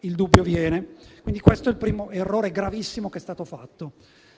il dubbio viene. Questo è il primo errore gravissimo che è stato fatto.